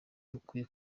bukwiye